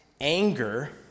anger